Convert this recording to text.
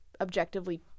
objectively